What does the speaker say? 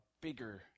bigger